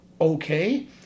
okay